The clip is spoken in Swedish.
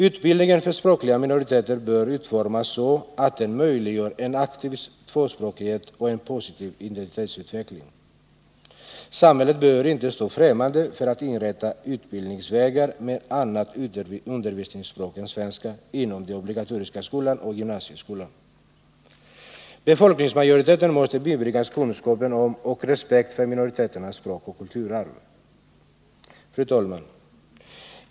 Utbildningen för språkliga minoriteter bör utformas så att den möjliggör en aktiv tvåspråkighet och en positiv identitetsutveckling. Samhället bör inte stå främmande för att inrätta utbildningsvägar med annat undervisningsspråk än svenska inom den obligatoriska skolan och gymnasieskolan. Befolkningsmajoriteten måste bibringas kunskap om och respekt för minoriteternas språk och kulturarv. Fru talman!